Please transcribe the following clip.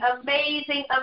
amazing